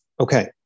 Okay